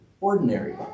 ordinary